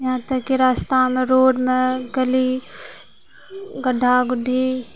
यहाँ तक कि रस्ता मे रोडमे गली गढ्ढा गुढ्ढी